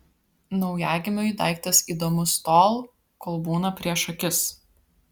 naujagimiui daiktas įdomus tol kol būna prieš akis